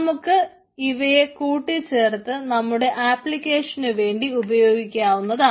നമുക്ക് ഇവയെ കൂട്ടി ചേർത്ത് നമ്മുടെ ആപ്ലിക്കേഷനു വേണ്ടി ഉപയോഗിക്കാവുന്നതാണ്